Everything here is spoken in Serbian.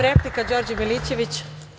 Replika, Đorđe Milićević.